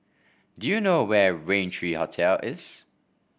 do you know where Rain three Hotel is